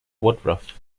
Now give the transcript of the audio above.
woodruff